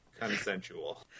consensual